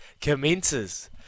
commences